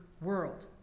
world